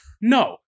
no